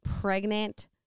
pregnant